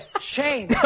Shane